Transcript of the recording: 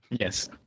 Yes